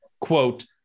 quote